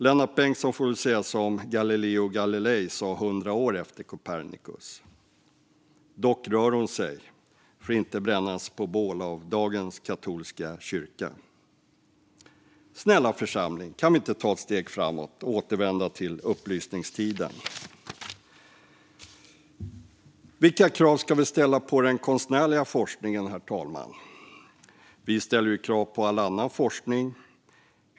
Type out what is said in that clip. Lennart Bengtsson får väl säga som Galileo Galilei sa 100 år efter Copernicus - dock rör hon sig - för att inte brännas på bål av dagens katolska kyrka. Snälla församling, kan vi inte ta ett steg framåt och återvända till upplysningstiden? Vilka krav ska vi ställa på den konstnärliga forskningen, herr talman? Vi ställer ju krav på all annan forskning.